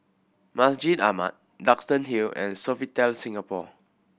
Masjid Ahmad Duxton Hill and Sofitel Singapore